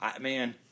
Man